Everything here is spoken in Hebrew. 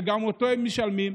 שגם אותה הם משלמים.